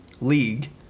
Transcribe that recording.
league